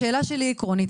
השאלה שלי היא עקרונית,